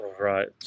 right